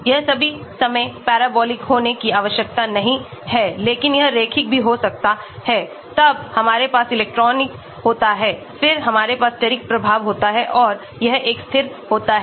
यह सभी समय parabolic होने की आवश्यकता नहीं है लेकिन यह रैखिक भी हो सकता है तब हमारे पास इलेक्ट्रॉनिक होता है फिर हमारे पास steric प्रभाव होता है और यह एक स्थिर होता है